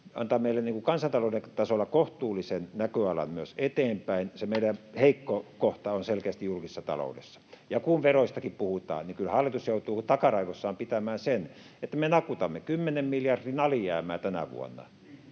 antaa meille kansantalouden tasolla kohtuullisen näköalan myös eteenpäin. Se meidän heikko kohtamme on selkeästi julkisessa taloudessa. Ja kun veroistakin puhutaan, niin kyllä hallitus joutuu takaraivossaan pitämään sen, että me nakutamme 10 miljardin alijäämää tänä vuonna,